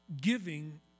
giving